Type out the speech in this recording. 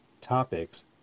topics